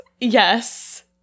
Yes